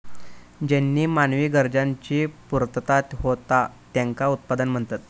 ज्येनीं मानवी गरजांची पूर्तता होता त्येंका उत्पादन म्हणतत